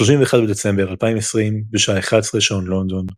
ב-31 בדצמבר 2020, בשעה 2300 שעון לונדון,